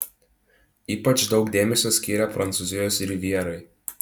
ypač daug dėmesio skyrė prancūzijos rivjerai